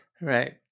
right